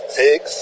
six